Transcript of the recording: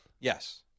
Yes